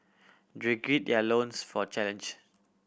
they gird their loins for challenge